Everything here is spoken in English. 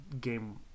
Game